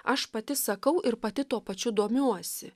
aš pati sakau ir pati tuo pačiu domiuosi